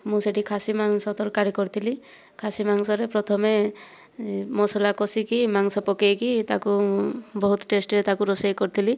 ମୁଁ ସେଠି ଖାସି ମାଂସ ତରକାରୀ କରିଥିଲି ଖାସି ମାଂସରେ ପ୍ରଥମେ ମସଲା କଷିକି ମାଂସ ପକାଇକି ତାକୁ ବହୁତ ଟେଷ୍ଟରେ ତାକୁ ରୋଷେଇ କରିଥିଲି